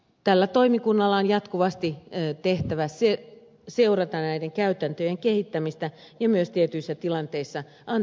tällä toimikunnalla on jatkuvasti tehtävä seurata näiden käytäntöjen kehittämistä ja myös tietyissä tilanteissa antaa itse lausuntoja